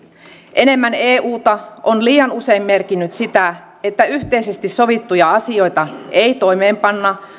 enemmän euta on liian usein merkinnyt sitä että yhteisesti sovittuja asioita ei toimeenpanna